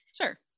sure